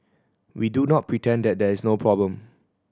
we do not pretend that there is no problem